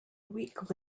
week